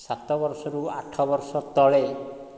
ସାତ ବର୍ଷରୁ ଆଠ ବର୍ଷ ତଳେ